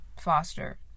Foster